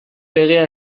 legea